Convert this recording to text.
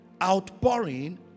outpouring